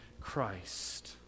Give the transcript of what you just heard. Christ